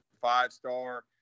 five-star